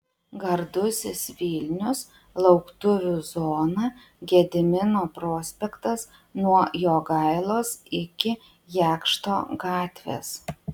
gardusis vilnius lauktuvių zona gedimino prospektas nuo jogailos iki jakšto gatvės